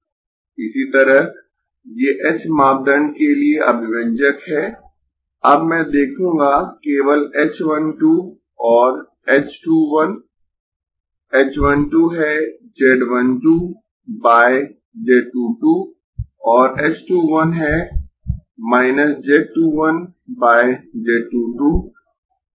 इसी तरह ये h मापदंड के लिए अभिव्यंजक है अब मैं देखूंगा केवल h 1 2 और h 2 1 h 1 2 है z 1 2 बाय z 2 2 और h 2 1 है z 2 1 बाय z 2 2